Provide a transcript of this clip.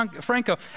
Franco